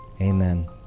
amen